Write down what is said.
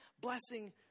blessing